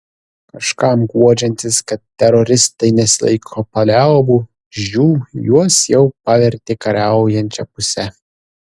kažkam guodžiantis kad teroristai nesilaiko paliaubų žiū juos jau pavertė kariaujančia puse